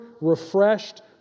refreshed